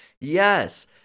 Yes